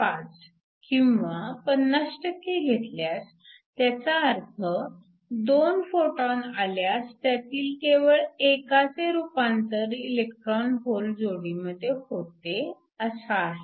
5 किंवा 50 घेतल्यास त्याचा अर्थ 2 फोटॉन आल्यास त्यातील केवळ एकाचे रूपांतर इलेक्ट्रॉन होल जोडीमध्ये होते असा आहे